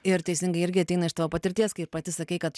ir teisingai irgi ateina iš tavo patirties kaip ir pati sakei kad